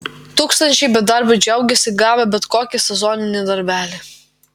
tūkstančiai bedarbių džiaugiasi gavę bet kokį sezoninį darbelį